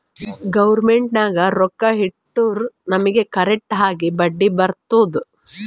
government ನಾಗ್ ರೊಕ್ಕಾ ಇಟ್ಟುರ್ ನಮುಗ್ ಕರೆಕ್ಟ್ ಆಗಿ ಬಡ್ಡಿ ಬರ್ತುದ್